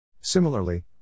Similarly